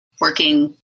working